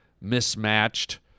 mismatched